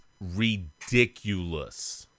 ridiculous